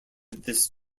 this